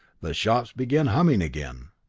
workshops began humming again.